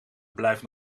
blijft